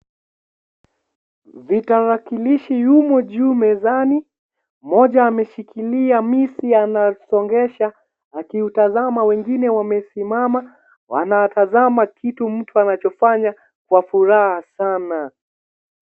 Vitarakilishi yumo juu mezani. Moja ameshikilia mizi anasongesha akiutazama wengine wamesimama wanatazama kitu mtu anachofanya kwa furaha sana.